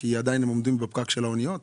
הם עדין עומדים בפקק של האניות.